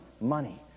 money